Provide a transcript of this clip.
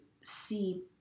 see